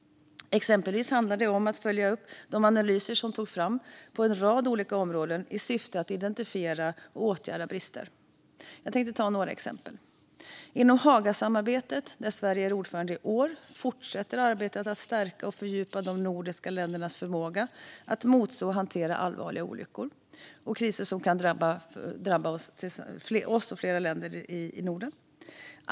Exempelvis ska de analyser som togs fram på en rad olika områden följas upp i syfte att identifiera och åtgärda brister. Låt mig ge några exempel. Inom Hagasamarbetet, där Sverige är ordförande i år, fortsätter arbetet för att stärka och fördjupa de nordiska ländernas förmåga att motstå och hantera allvarliga olyckor och kriser som kan drabba ett eller flera länder i Norden.